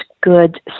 good